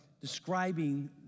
describing